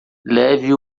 leve